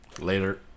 Later